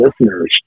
listeners